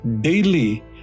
daily